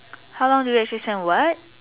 how long do you actually spend on what